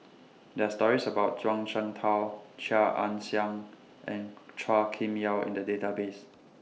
There Are stories about Zhuang Shengtao Chia Ann Siang and Chua Kim Yeow in The Database